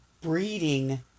breeding